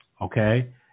okay